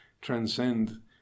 transcend